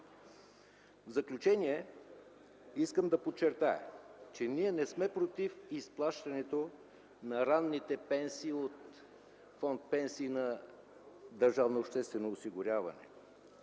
В заключение искам да подчертая, че ние не сме против изплащането на ранните пенсии от фонд „Пенсии” на